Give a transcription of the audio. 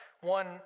one